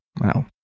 Wow